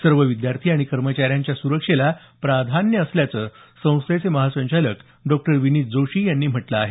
सर्व विद्यार्थी आणि कर्मचाऱ्यांच्या सुरक्षेला प्राधान्य असल्याचं संस्थेचे महासंचालक डॉक्टर विनित जोशी यांनी म्हटलं आहे